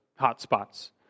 hotspots